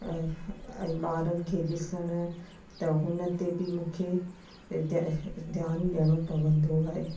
ऐं ऐं ॿारनि खे ॾिसण त हुन ते बि मूंखे त ध्यानु ॾियणो पवंदो आहे